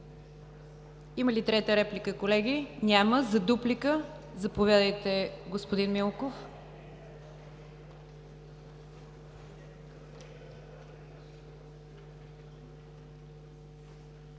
Има ли трета реплика, колеги? Няма. За дуплика – заповядайте, господин Милков.